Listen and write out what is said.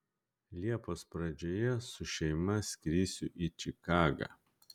liepos pradžioje su šeima skrisiu į čikagą